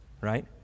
right